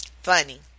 Funny